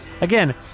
Again